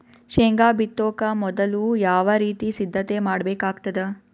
ಶೇಂಗಾ ಬಿತ್ತೊಕ ಮೊದಲು ಯಾವ ರೀತಿ ಸಿದ್ಧತೆ ಮಾಡ್ಬೇಕಾಗತದ?